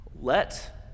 Let